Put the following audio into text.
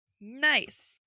Nice